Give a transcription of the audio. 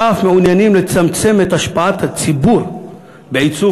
ואף מעוניינים לצמצם את השפעת הציבור בעיצוב